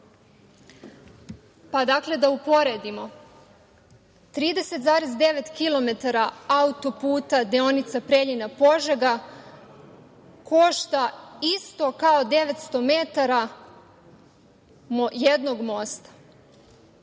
da uporedimo, 30,9 kilometara autoputa deonica Preljina-Požega košta isto kao 900 metara jednog mosta.